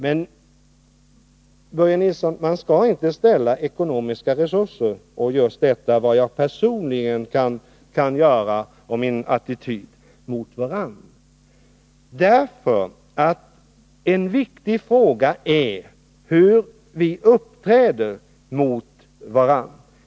Men, Börje Nilsson, man skall inte ställa ekonomiska resurser och min attityd till det jag personligen kan göra mot varann. För en viktig fråga är hur vi uppträder mot varann.